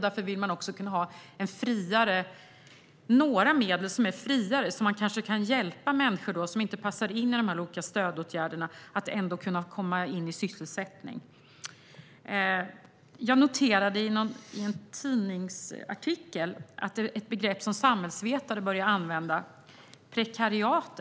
Därför vill man också kunna ha några medel som är friare så att man kanske kan hjälpa människor som inte passar in i de olika stödåtgärderna att ändå komma i sysselsättning. Jag noterade i en tidningsartikel ett begrepp som samhällsvetare har börjat använda: prekariatet.